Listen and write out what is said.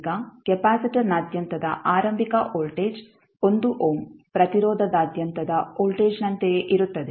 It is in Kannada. ಈಗ ಕೆಪಾಸಿಟರ್ನಾದ್ಯಂತದ ಆರಂಭಿಕ ವೋಲ್ಟೇಜ್ 1 ಓಮ್ ಪ್ರತಿರೋಧದಾದ್ಯಂತದ ವೋಲ್ಟೇಜ್ ನಂತೆಯೇ ಇರುತ್ತದೆ